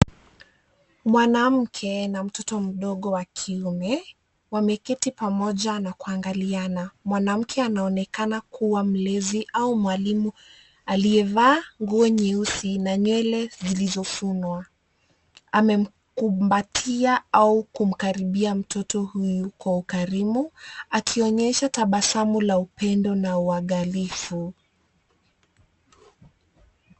Mwanamke na mtoto mdogo wa kiume wameketi pamoja na kuangaliana. Mwanamke anaonekana kuwa mlezi au mwalimu aliyevaa nguo nyeusi na nywele zilizofunwa amemkumbatia au kumkaribia mtoto huyu kwa ukarimu akionyesha tabasamu la upendo na uangalifu.